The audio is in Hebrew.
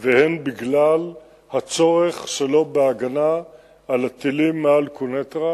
והן בגלל הצורך שלו בהגנה על הטילים מעל קוניטרה,